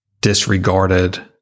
disregarded